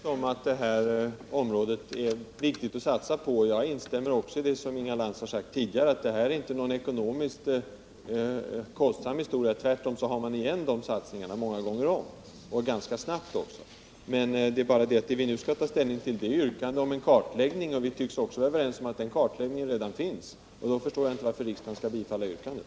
Herr talman! Vi är överens om att det här området är viktigt att satsa på. Jag instämmer också i det som Inga Lantz har sagt tidigare att detta inte är någon dyr verksamhet. Tvärtom får man igen de satsningarna många gånger om — ganska snabbt också. Men vad vi nu skall ta ställning till är ett yrkande om en kartläggning, och vi tycks vara överens om att en sådan kartläggning redan har företagits. Då förstår jag inte varför riksdagen skall bifalla yrkandet.